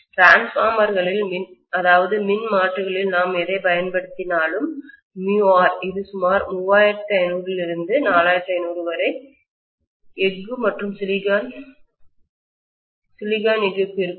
transformer களில் மின்மாற்றிகளில் நாம் எதைப் பயன்படுத்தினாலும் r இது சுமார் 3500 முதல் 4500 வரை எஃகு மற்றும் சிலிக்கான் எஃகுக்கு இருக்கும்